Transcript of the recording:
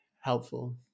helpful